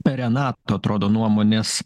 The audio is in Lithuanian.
renato atrodo nuomonės